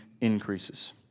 increases